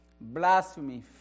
blasphemy